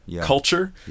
culture